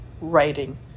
writing